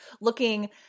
looking